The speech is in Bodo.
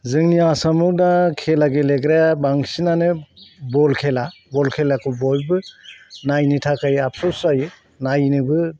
जोंनि आसामाव दा खेला गेलेग्राया बांसिनानो बल खेला बल खेलाखौ बयबो नायनो थाखाय आबसस जायो नायनोबो